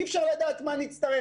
כי אי-אפשר לדעת מה נצטרך.